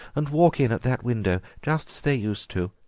and walk in at that window just as they used to